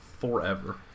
forever